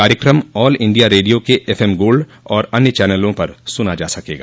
कार्यक्रम all India radio के F M gold और अन्य चनलों पर सुना जा सकेगा